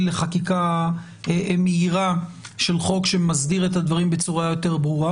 לחקיקה מהירה של חוק שמסדיר את הדברים בצורה יותר ברורה,